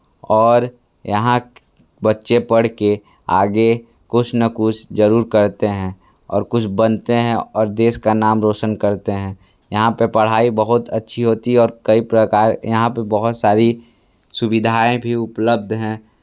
और यहाँ बच्चे पढ़ के आगे कुछ ना कुछ जरूर करते हैं और कुछ बनते हैं और देश का नाम रोशन करते हैं यहाँ पे पढ़ाई बहुत अच्छी होती और कई प्रकार यहाँ पे बहुत सारी सुविधाएँ भी उपलब्ध हैं